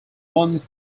one